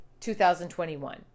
2021